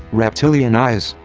reptilian eyes,